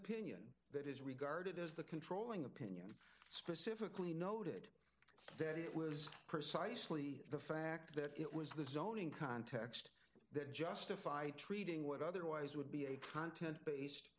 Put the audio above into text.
opinion that is regarded as the controlling opinion specifically noted that it was precisely the fact that it was the zoning context that justify treating what otherwise would be a content based